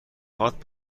هات